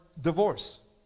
Divorce